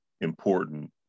important